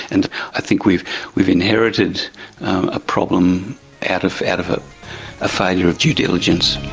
and i think we've we've inherited a problem out of out of ah a failure of due diligence.